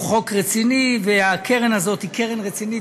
חוק רציני והקרן הזאת היא קרן רצינית,